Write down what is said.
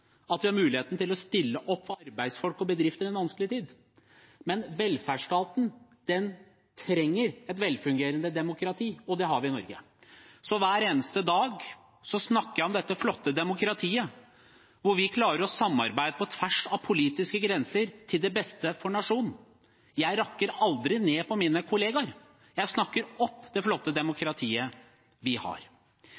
at vi har velferdsstaten, at vi har muligheten til å stille opp for arbeidsfolk og bedrifter i en vanskelig tid. Men velferdsstaten trenger et velfungerende demokrati, og det har vi i Norge. Så hver eneste dag snakker jeg om dette flotte demokratiet, hvor vi klarer å samarbeide på tvers av politiske grenser til beste for nasjonen. Jeg rakker aldri ned på mine kollegaer; jeg snakker opp det flotte